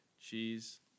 Cheese